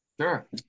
sure